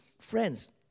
Friends